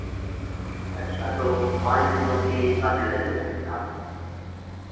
अच्छा तो पाँच दिनों की शादी रहेगी आपके यहाँ